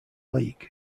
league